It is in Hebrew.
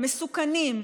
מסוכנים,